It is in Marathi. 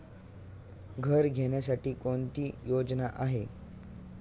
घर घेण्यासाठी कोणती योजना आहे?